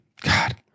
God